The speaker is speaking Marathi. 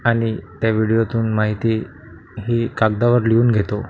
आणि त्या व्हिडीओतून माहिती ही कागदावर लिहून घेतो